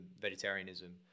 vegetarianism